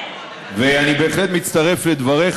ואני בהחלט מצטרף לדבריך.